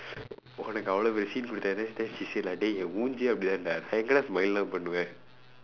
உனக்கு அவள:unakku avala then she say like dey என் மூஞ்சியே அப்படிதான்:en muunjsiyee appadithaan [da]